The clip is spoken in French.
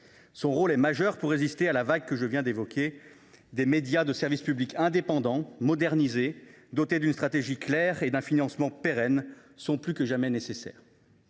Son rôle est majeur pour résister à la vague que je viens d’évoquer. Des médias de services publics indépendants, modernisés et dotés d’une stratégie claire et d’un financement pérenne sont plus que jamais nécessaires.